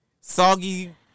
soggy